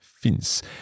Finns